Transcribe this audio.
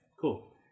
Cool